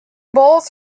bulls